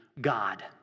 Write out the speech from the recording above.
God